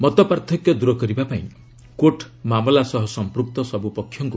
ମତପାର୍ଥକ୍ୟ ଦୂର କରିବା ପାଇଁ କୋର୍ଟ୍ ମାମଲା ସହ ସମ୍ପୃକ୍ତ ସବୁ ପକ୍ଷଙ୍କୁ